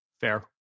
Fair